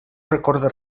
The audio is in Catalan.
recorda